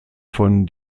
von